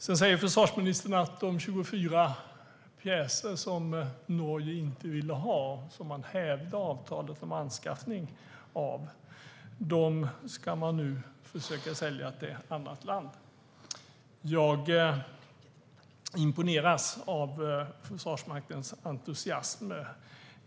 Sedan säger försvarsministern att de 24 pjäser som Norge hävde avtalet om ska man nu försöka att sälja till ett annat land. Jag imponeras över Försvarsmaktens entusiasm.